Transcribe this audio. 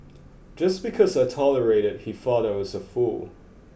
just because I tolerated he thought I was a fool